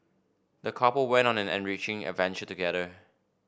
the couple went on an enriching adventure together